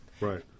Right